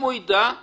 אם הוא ידע, אני